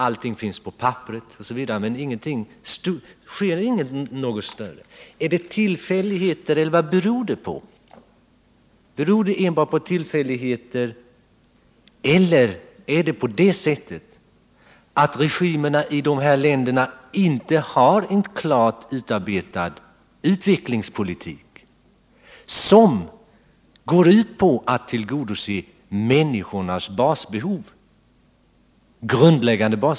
Allting finns på papperet, men det sker ingenting. Är det tillfälligheter, eller vad beror det på? Är det på det sättet att regimerna i dessa länder inte har en klart utarbetad utvecklingspolitik som går ut på att tillgodose människornas basbehov?